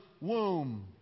womb